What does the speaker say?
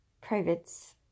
privates